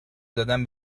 دادن